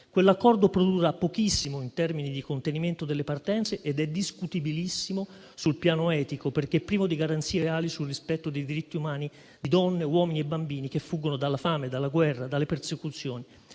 Quell'accordo produrrà pochissimo in termini di contenimento delle partenze ed è discutibilissimo sul piano etico, perché privo di garanzie reali sul rispetto dei diritti umani di donne, uomini e bambini che fuggono dalla fame, dalla guerra e dalle persecuzioni.